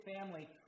family